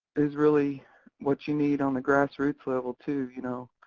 is really what you need on a grassroots level, too, you know?